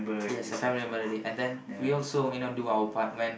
yes a family member already and then we also do our part when